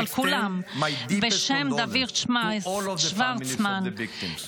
בשם דוד שוורצמן,